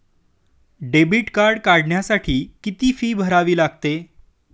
Debit card काढण्यासाठी किती fee भरावी लागते?